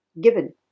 given